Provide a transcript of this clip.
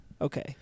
Okay